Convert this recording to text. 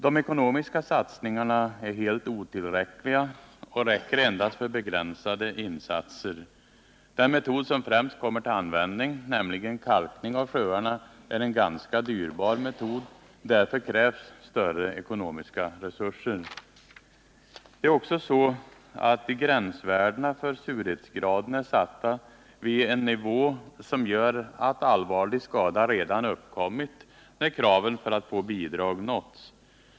De ekonomiska satsningarna är helt otillräckliga och räcker endast för begränsade insatser. Den metod som främst kommer till användning, nämligen kalkning av sjöarna, är en ganska dyrbar metod. Därför krävs större ekonomiska resurser. Det är också så att gränsvärdena för surhetsgraden är satta vid en nivå som gör att allvarlig skada redan uppkommit när kraven för att få bidrag nåtts.